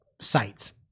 sites